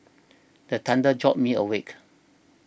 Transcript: the thunder jolt me awake